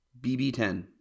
BB10